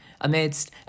amidst